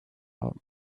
out